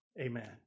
amen